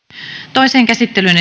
toiseen käsittelyyn